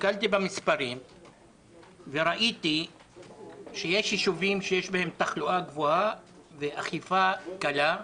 הסתכלתי במספרים וראיתי שיש יישובים שיש בהם תחלואה גבוהה ואכיפה קלה,